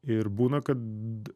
ir būna kad